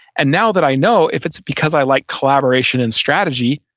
and now that i know if it's because i like collaboration and strategy,